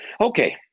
Okay